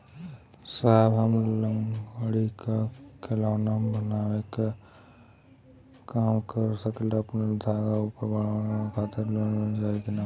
साहब हम लंगड़ी क खिलौना बनावे क काम करी ला हमके आपन धंधा अउर बढ़ावे के खातिर लोन मिल जाई का?